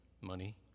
money